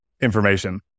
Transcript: Information